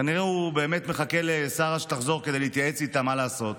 כנראה הוא באמת מחכה לשרה שתחזור כדי להתייעץ איתה מה לעשות.